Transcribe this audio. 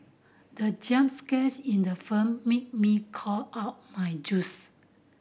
the jump scares in the film made me cough out my juice